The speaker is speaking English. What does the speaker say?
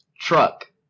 truck